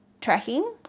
tracking